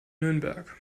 nürnberg